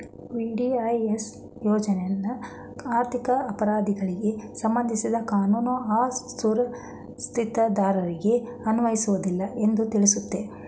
VDIS ಯೋಜ್ನ ಆರ್ಥಿಕ ಅಪರಾಧಿಗಳಿಗೆ ಸಂಬಂಧಿಸಿದ ಕಾನೂನು ಆ ಸುಸ್ತಿದಾರರಿಗೆ ಅನ್ವಯಿಸುವುದಿಲ್ಲ ಎಂದು ತಿಳಿಸುತ್ತೆ